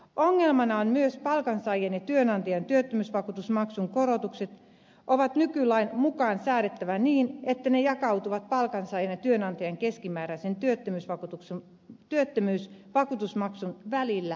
ongelmana on myös palkansaajien ja työnantajien työttömyysvakuutusmaksun korotukset jotka on nykylain mukaan säädettävä niin että ne jakautuvat palkansaajien ja työnantajien keskimääräisen työttömyysvakuutusmaksun välillä tasan